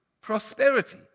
prosperity